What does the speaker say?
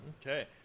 Okay